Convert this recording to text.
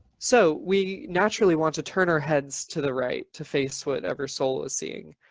so we naturally want to turn our heads to the right to face whatever soul is seeing.